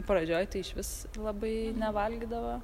pradžioj tai išvis labai nevalgydavo